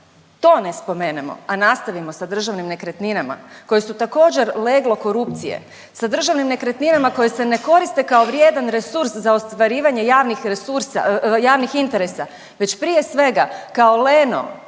to ne spomenemo, a nastavimo sa državnim nekretninama koje su također leglo korupcije, sa državnim nekretninama koje se ne koriste kao vrijedan resurs za ostvarivanje javnih resursa, javnih interesa već prije svega kao leno